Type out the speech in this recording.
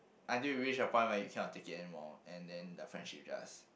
until you reach a point where you cannot take it anymore and then the friendship just